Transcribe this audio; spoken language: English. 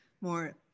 more